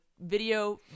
video